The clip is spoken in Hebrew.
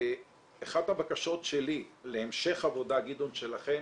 אחת הבקשות שלי להמשך עבודה שלכם,